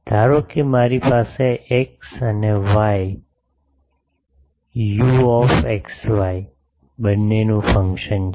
ધારો કે મારી પાસે એક્સ અને વાય યુ એક્સ વાય બંનેનું ફંક્શન છે